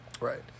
right